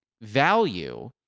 value